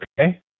okay